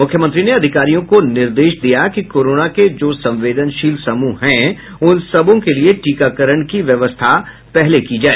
मुख्यमंत्री ने अधिकारियों को निर्देश दिया कि कोरोना के जो संवेदनशील समूह हैं उन सबों के लिये टीकाकरण की व्यवस्था पहले की जाए